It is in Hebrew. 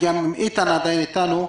ואם איתן עדיין איתנו,